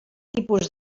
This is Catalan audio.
tipus